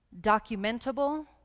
documentable